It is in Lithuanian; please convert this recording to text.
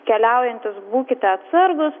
keliaujantys būkite atsargūs